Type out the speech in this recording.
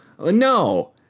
no